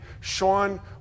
Sean